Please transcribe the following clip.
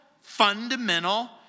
fundamental